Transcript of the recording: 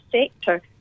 sector